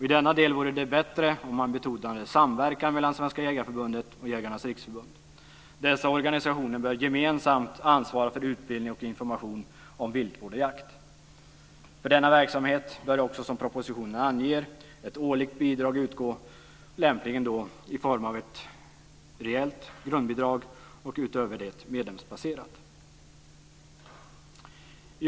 I denna del vore det bättre om man betonade samverkan mellan Svenska Jägareförbundet och Jägarnas Riksförbund. Dessa organisationer bör gemensamt ansvara för utbildning och information om viltvård och jakt. För denna verksamhet bör också, som propositionen anger, ett årligt bidrag utgå, lämpligen i form av ett rejält grundbidrag och utöver det ett medlemsbaserat bidrag.